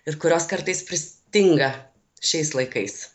ir kurios kartais pris tinga šiais laikais